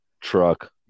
truck